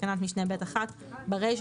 בתקנת משנה ב1 - (א)ברישה,